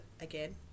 again